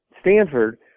stanford